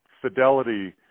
fidelity